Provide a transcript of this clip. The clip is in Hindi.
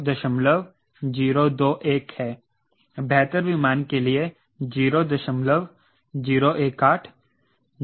और K के लिए क्योंकि सबसोनिक है मैं लिख सकता हूं K 1eAR pi aspect ratio गुणा e यह एक बुरा विकल्प नहीं है यदि आप एस्पेक्ट रेशो 8 लेते हैं और e 07 के बराबर एक बुरा विकल्प नहीं है